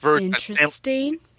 interesting